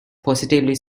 positively